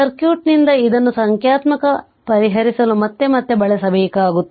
ಸರ್ಕ್ಯೂಟ್ನಿಂದ ಇದನ್ನು ಸಂಖ್ಯಾತ್ಮಕ ಪರಿಹರಿಸಲು ಮತ್ತೆ ಮತ್ತೆ ಬಳಸಬೇಕಾಗುತ್ತದೆ